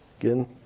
Again